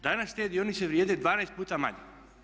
Danas te dionice vrijede 12 puta manje.